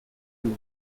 luna